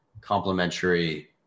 complementary